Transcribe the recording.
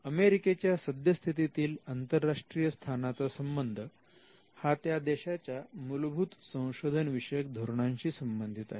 अमेरिकेच्या सद्यस्थितीतील अंतरराष्ट्रीय स्थानाचा संबंध हा त्या देशाच्या मूलभूत संशोधन विषयक धोरणांशी संबंधित आहे